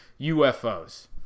UFOs